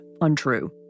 untrue